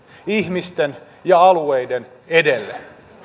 ihmisten ja alueiden edelle